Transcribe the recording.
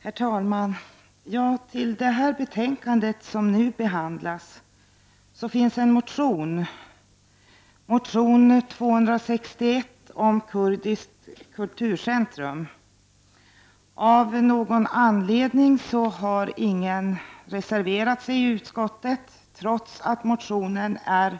Herr talman! Till kulturutskottets betänkande 17, som vi nu behandlar, finns det en motion Kr261 om ett kurdiskt kulturcentrum i Sverige. Av någon anledning har ingen reserverat sig i utskottet, trots att motionen är